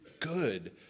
Good